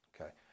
okay